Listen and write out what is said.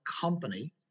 Company